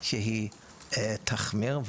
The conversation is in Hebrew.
חשבתי שתחמיר.